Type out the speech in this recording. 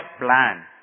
plan